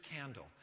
candle